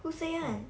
who say [one]